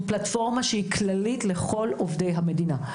פלטפורמה שהיא כללית לכל עובדי המדינה.